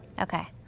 Okay